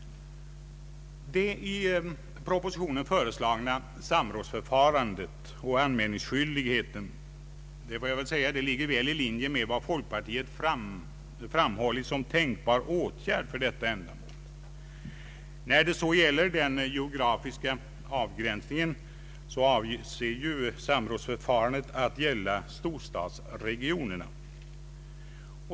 Det i propositionen föreslagna samrådsförfarandet och anmälningsskyldigheten ligger väl i linje med vad folkpartiet framhållit som tänkbar åtgärd för detta ändamål. När det så gäller den geografiska avgränsningen avses samrådsförfarandet gälla storstadsregionerna.